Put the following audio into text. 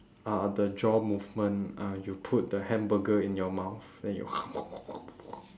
uh the jaw movement uh you put the hamburger in your mouth then you